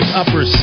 upper